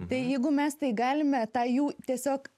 tai jeigu mes tai galime tą jų tiesiog